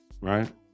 right